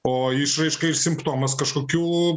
o išraiškai simptomas kažkokių